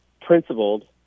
principled